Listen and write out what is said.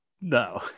No